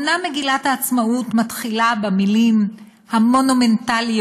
אומנם, מגילת העצמאות מתחילה במילים המונומנטליות: